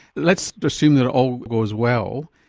let's assume that it all goes well,